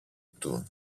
του